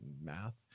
math